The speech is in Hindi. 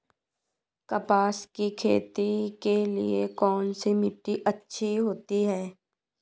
कपास की खेती के लिए कौन सी मिट्टी अच्छी होती है?